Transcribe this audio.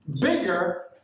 bigger